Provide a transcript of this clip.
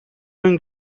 wing